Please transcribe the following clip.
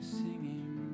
singing